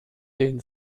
den